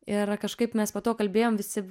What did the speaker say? ir kažkaip mes po to kalbėjom visi